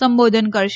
સંબોધન કરશે